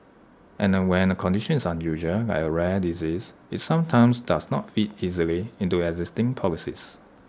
and when A condition is unusual like A rare disease IT sometimes does not fit easily into existing policies